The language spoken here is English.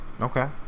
Okay